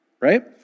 right